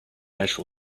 actual